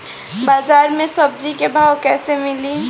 बाजार मे सब्जी क भाव कैसे मिली?